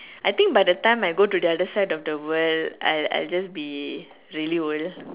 I think by the time I go to the other side of the world I I'll just be really worried